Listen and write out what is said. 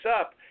up